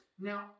Now